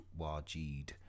Wajid